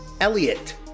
Elliot